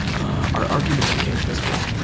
our arguments became physical.